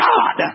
God